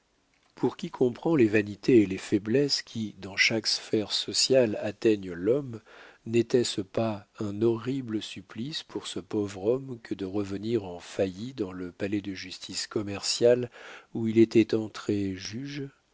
pour qui comprend les vanités et les faiblesses qui dans chaque sphère sociale atteignent l'homme n'était-ce pas un horrible supplice pour ce pauvre homme que de revenir en failli dans le palais-de-justice commercial où il était entré juge